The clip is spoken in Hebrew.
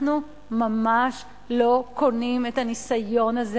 אנחנו ממש לא קונים את הניסיון הזה,